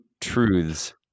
truths